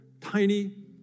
tiny